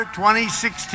2016